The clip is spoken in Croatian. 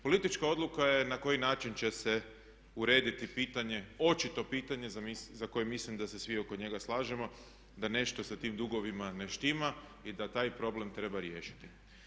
Politička odluka je na koji način će se urediti pitanje, očito pitanje za koje mislim da se svi oko njega slažemo da nešto sa tim dugovima ne štima i da taj problem treba riješiti.